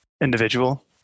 individual